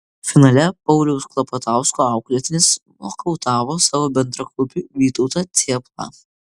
finale pauliaus klapatausko auklėtinis nokautavo savo bendraklubį vytautą cėplą